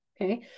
Okay